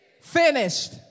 finished